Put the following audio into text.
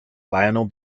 lionel